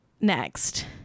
next